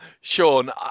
Sean